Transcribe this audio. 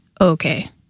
okay